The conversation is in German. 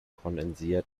kondensiert